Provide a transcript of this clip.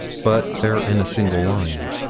but they're in a single line.